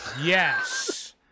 Yes